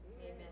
Amen